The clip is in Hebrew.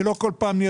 שלא נצטרך כל פעם.